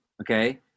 okay